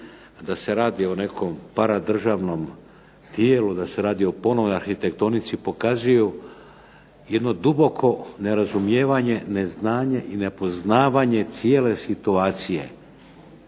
da se radi o nekom paradržavnom tijelu, da se radi o ponorarhitektonici, pokazuju jedno duboko nerazumijevanje, neznanje i nepoznavanje cijele situacije.